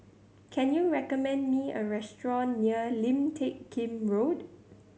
can you recommend me a restaurant near Lim Teck Kim Road